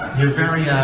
you're very ah.